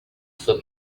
for